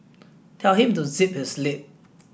tell him to zip his lip